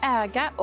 äga